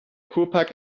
kurpark